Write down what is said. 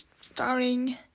starring